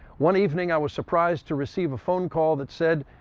one evening i was surprised to receive a phone call that said,